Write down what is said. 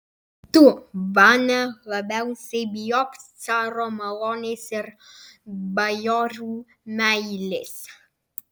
tu vania labiausiai bijok caro malonės ir bajorų meilės